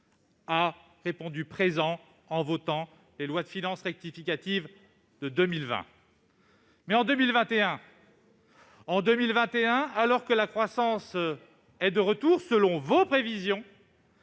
a répondu présent en votant les lois de finances rectificatives successives pour 2020. Toutefois, en 2021, alors que la croissance est de retour selon vos prévisions,